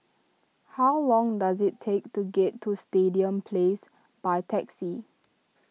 how long does it take to get to Stadium Place by taxi